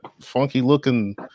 funky-looking